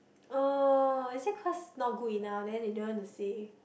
oh is it cause not good enough then they don't want to say